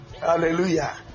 Hallelujah